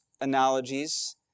analogies